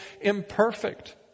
imperfect